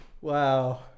Wow